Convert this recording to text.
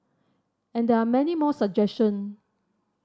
and there are many more suggestion